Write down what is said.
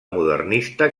modernista